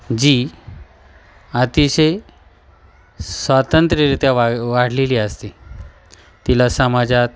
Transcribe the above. जी अतिशय स्वतंत्र्यरित्या वा वाढलेली असते तिला समाजात